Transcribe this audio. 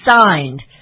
signed